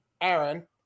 Aaron